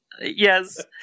Yes